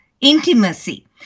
intimacy